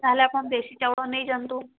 ତାହେଲେ ଆପଣ ଦେଶୀ ଚାଉଳ ନେଇ ଯାଆନ୍ତୁ